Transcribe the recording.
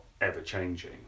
ever-changing